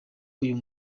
uyu